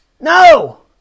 No